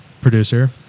producer